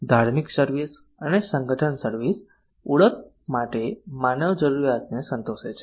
ધાર્મિક સર્વિસ અને સંગઠન સર્વિસ ઓળખ માટે માનવ જરૂરિયાતને સંતોષે છે